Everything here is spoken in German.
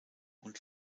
und